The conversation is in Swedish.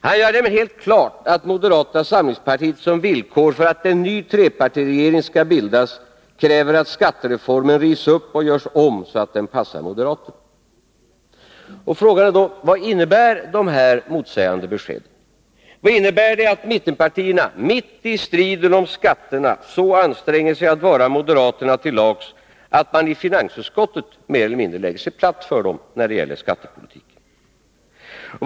; Han gör därmed helt klart att moderata samlingspartiet som villkor för att en ny trepartiregering skall bildas kräver att skattereformen rivs upp och görs om så att den passar moderaterna. Frågan är då: Vad innebär dessa motsägande besked? Vad innebär det att mittenpartierna mitt i striden om skatterna så anstränger sig att vara moderaterna till lags att man i finansutskottet mer eller mindre lägger sig platt för dem när det gäller den ekonomiska politiken?